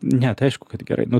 ne tai aišku kad gerai nu